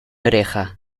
oreja